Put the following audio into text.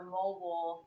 mobile